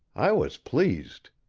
i was pleased.